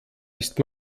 ist